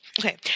Okay